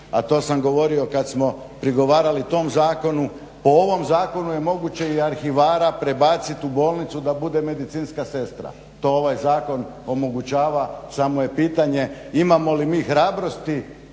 a to sam govorio kad smo prigovarali tom zakonu, po ovom zakonu je moguće i arhivara prebacit u bolnicu da bude medicinska sestra. To ovaj zakon omogućava, samo je pitanje imamo li mi hrabrosti